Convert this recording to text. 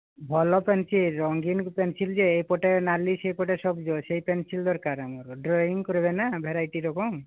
ଭଲ ପେନ୍ସିଲ୍ ରଙ୍ଗୀନ୍ ପେନ୍ସିଲ୍ ଯେ ଏପଟେ ନାଲି ସେପଟେ ସବୁଜ ସେହି ପେନ୍ସିଲ୍ ଦରକାର ଆମର ଡ୍ରଇଂ କରିବେନା ଭେରାଇଟି ରକମ୍